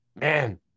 Man